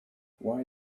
why